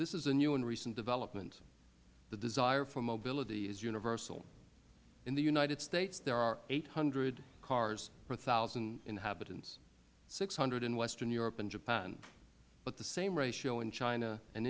this is a new and recent development the desire for mobility is universal in the united states there are eight hundred cars per one zero inhabitants six hundred in western europe and japan but the same ratio in china and